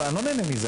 אני לא נהנה מזה,